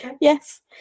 yes